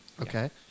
Okay